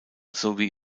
sowie